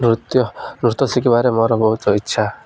ନୃତ୍ୟ ନୃତ୍ୟ ଶିଖିବାରେ ମୋର ବହୁତ ଇଚ୍ଛା